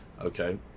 okay